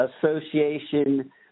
Association